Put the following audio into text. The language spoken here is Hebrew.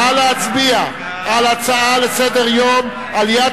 נא להצביע על הצעה לסדר-היום: עליית